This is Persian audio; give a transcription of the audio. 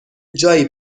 جایی